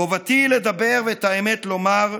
חובתי לדבר ואת האמת לומר,